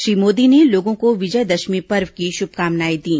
श्री मोदी ने लोगों को विजयदशमी पर्व की शुभकामनाएं दीं